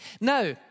Now